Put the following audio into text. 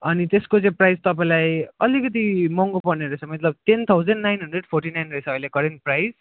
अनि त्यसको चाहिँ प्राइस तपाईँलाई अलिकति महँगो पर्ने रहेछ मतलब ten thousand nine hundred forty nine रहेछ अहिले करेन्ट प्राइस